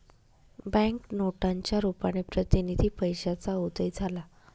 bank नोटांच्या रुपाने प्रतिनिधी पैशाचा उदय झाला